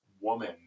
woman